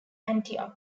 antioch